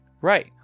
right